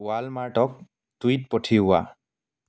ৱালমাৰ্টক tweet পঠিওৱা